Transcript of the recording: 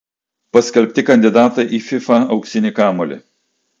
paskelbti kandidatai į fifa auksinį kamuolį